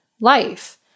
life